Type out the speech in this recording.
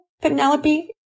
Penelope